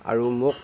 আৰু মোক